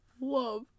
love